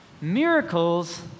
miracles